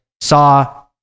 saw